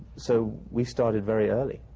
so we started very early.